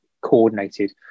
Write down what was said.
coordinated